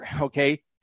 okay